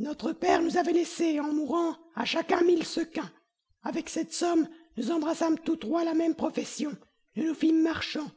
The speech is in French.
notre père nous avait laissé en mourant à chacun mille sequins avec cette somme nous embrassâmes tous trois la même profession nous nous fîmes marchands